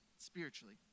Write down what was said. spiritually